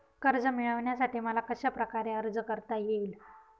कर्ज मिळविण्यासाठी मला कशाप्रकारे अर्ज करता येईल?